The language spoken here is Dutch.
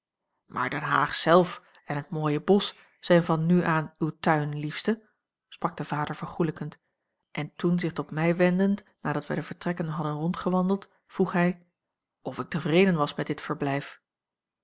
maar den haag zelf en het mooie bosch zijn van nu aan uw tuin liefste sprak de vader vergoelijkend en toen zich tot mij wendend nadat wij de vertrekken hadden rondgewandeld vroeg hij of ik tevreden was met dit verblijf